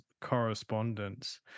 correspondence